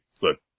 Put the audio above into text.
Look